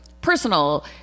personal